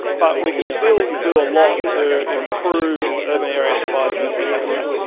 but we can still do a lot to improve urban areas for biodiversity habitat.